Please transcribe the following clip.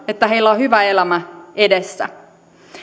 että heillä on hyvä elämä edessä